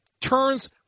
turns